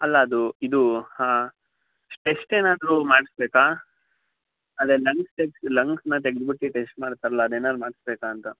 ಅಲ್ಲ ಅದು ಇದು ಹಾಂ ಸ್ಟೆಸ್ಟ್ ಏನಾದರೂ ಮಾಡಿಸ್ಬೇಕಾ ಅದೇ ಲಂಗ್ಸ್ ಟೆಸ್ಟ್ ಲಂಗ್ಸನ್ನ ತೆಗ್ದ್ಬಿಟ್ಟು ಟೆಸ್ಟ್ ಮಾಡ್ತಾರಲ್ಲ ಅದೇನಾರು ಮಾಡಿಸ್ಬೇಕಾ ಅಂತ